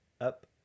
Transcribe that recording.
up